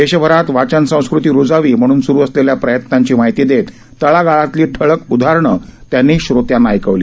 देशभरात वाचन संस्कृती रुजावी म्हणून स्रु असलेल्या प्रयत्नांची माहिती देत तळागाळातली ठळक उदाहरणं त्यांनी श्रोत्यांना ऐकवली